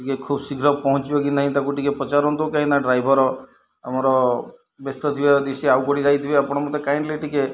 ଟିକେ ଖୁବ ଶୀଘ୍ର ପହଞ୍ଚିବ କି ନାହିଁ ତାକୁ ଟିକେ ପଚାରନ୍ତୁ କାହିଁକିନା ଡ୍ରାଇଭର ଆମର ବ୍ୟସ୍ତ ଥିବ ଯଦି ସେ ଆଉ ଗୋଟେ ଯାଇଥିବେ ଆପଣ ମୋତେ କାଇଣ୍ଡଲି ଟିକିଏ